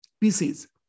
pieces